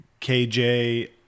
KJ